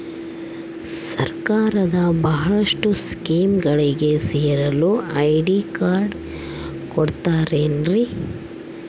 ಸರ್ಕಾರದ ಬಹಳಷ್ಟು ಸ್ಕೇಮುಗಳಿಗೆ ಸೇರಲು ಐ.ಡಿ ಕಾರ್ಡ್ ಕೊಡುತ್ತಾರೇನ್ರಿ?